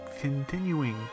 continuing